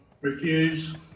Refuse